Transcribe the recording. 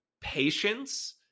patience